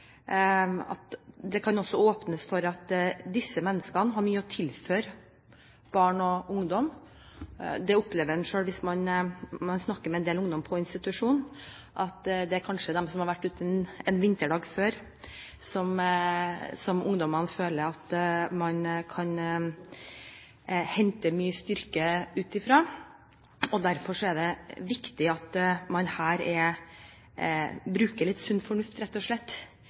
belastet fortid kan ha mye å tilføre barn og ungdom. En opplever selv hvis en snakker med en del ungdommer på institusjon, at det kanskje er de som har vært ute en vinterdag før, som ungdommene føler at de kan hente mye styrke fra. Derfor er det viktig at en her bruker litt sunn fornuft, rett og slett,